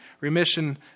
remission